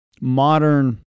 modern